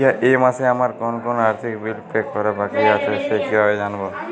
এই মাসে আমার কোন কোন আর্থিক বিল পে করা বাকী থেকে গেছে কীভাবে জানব?